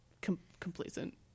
complacent